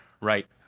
right